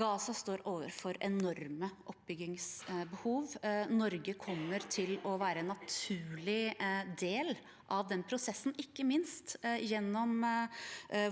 Gaza står overfor enorme oppbyggingsbe- hov. Norge kommer til å være en naturlig del av den prosessen, ikke minst gjennom